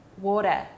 water